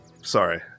sorry